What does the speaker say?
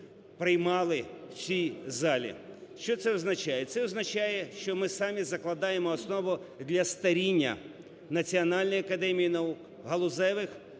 приймали в цій залі. Що це означає? Це означає, що ми самі закладаємо основу для старіння Національної академії наук, галузевих